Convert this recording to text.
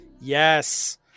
Yes